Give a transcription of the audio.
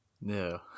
No